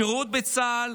שירות בצה"ל